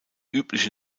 übliche